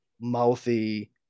mouthy